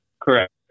Correct